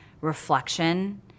reflection